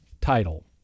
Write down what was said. title